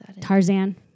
Tarzan